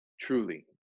Truly